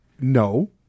No